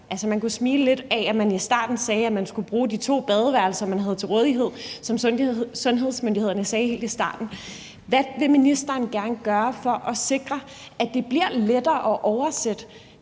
man kunne smile lidt af, at man i starten sagde, at man skulle bruge de to badeværelser, man havde til rådighed, som sundhedsmyndighederne sagde helt i starten. Hvad vil ministeren gøre for at sikre, at det bliver lettere at oversætte